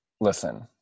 listen